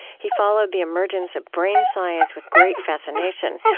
he followed the emergence of brain science with great fascination,